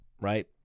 right